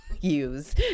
use